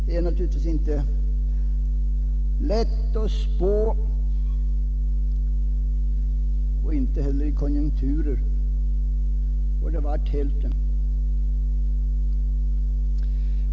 Det är naturligtvis inte lätt att spå. Investeringsökningen blev bara hälften, dvs. 7 procent.